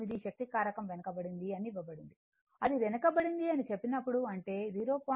8 శక్తి కారకం వెనుకబడింది అని ఇవ్వబడింది అది వెనుకబడింది అని చెప్పినప్పుడు అంటే 0